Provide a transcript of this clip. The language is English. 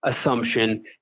assumption